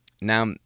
now